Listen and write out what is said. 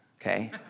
okay